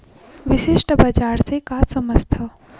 विशिष्ट बजार से का समझथव?